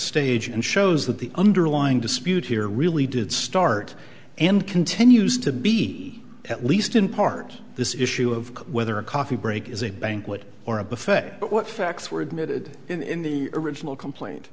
stage and shows that the underlying dispute here really did start and continues to be at least in part this issue of whether a coffee break is a banquet or a buffet but what facts were admitted in the original complaint